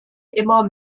immer